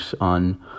on